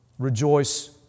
Rejoice